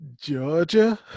Georgia